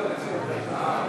לשנת התקציב 2016,